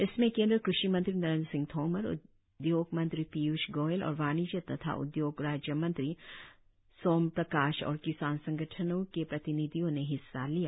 इसमें केन्द्रीय कृषि मंत्री नरेन्द्र सिंह तोमर उद्योग मंत्री पीयूष गोयल और वाणिज्य तथा उद्योग राज्य मंत्री सोम प्रकाश और किसान संगठनों के प्रतिनिधियों ने हिस्सा लिया